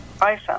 iphone